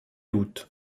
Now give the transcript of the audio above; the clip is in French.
août